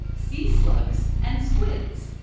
sea slugs, and squids.